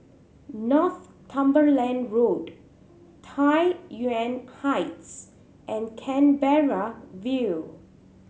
Northumberland Road Tai Yuan Heights and Canberra View